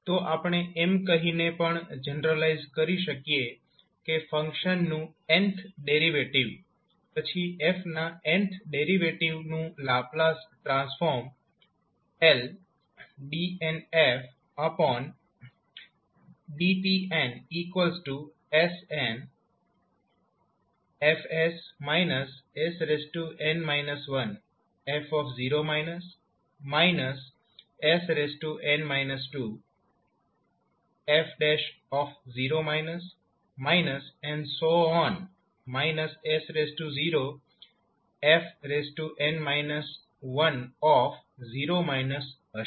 તો આપણે એમ કહીને પણ જનરલાઈઝ કરી શકીએ કે ફંક્શન નું nth ડેરિવેટિવ પછી 𝑓 ના nth ડેરિવેટિવનું લાપ્લાસ ટ્રાન્સફોર્મℒ dnfdtn 𝑠𝑛𝐹𝑠 − 𝑠𝑛−1𝑓0− − 𝑠𝑛−2𝑓′0− −⋯− 𝑠0𝑓𝑛−10− હશે